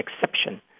exception